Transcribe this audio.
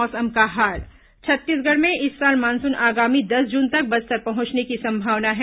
मौसम छत्तीसगढ़ में इस साल मानसून आगामी दस जून तक बस्तर पहुंचने की संभावना है